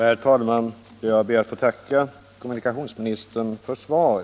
Herr talman! Jag ber att få tacka kommunikationsministern för svaret.